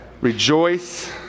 Rejoice